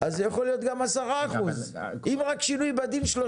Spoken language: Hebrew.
אז יכול להיות גם 10%. אם רק שינוי בדין 3%,